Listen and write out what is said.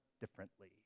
differently